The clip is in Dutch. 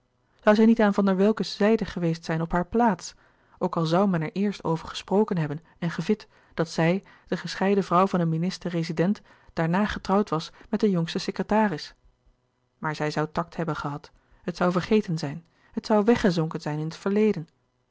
zoû zij niet aan van der welcke's zijde geweest zijn op hare plaats ook al zoû men er eerst over gesproken hebben en gevit dat zij de gescheiden vrouw van een minister rezident daarna getrouwd was met den jongsten secretaris maar zij zoû tact hebben gehad het zoû vergeten zijn het zoû weggezonken zijn in het verleden